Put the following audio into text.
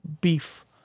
beef